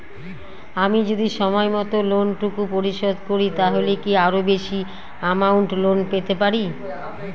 আমি যদি সময় মত লোন টুকু পরিশোধ করি তাহলে কি আরো বেশি আমৌন্ট লোন পেতে পাড়ি?